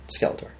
Skeletor